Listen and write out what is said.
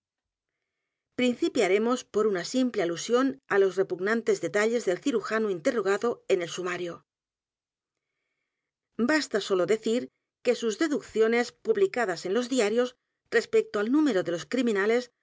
principiaremos por una simple alusión á los r e p u g nantes detalles del cirujano interrogado en el sumario basta sólo decir que sus deducciones publicadas en los diarios respecto al número de los criminales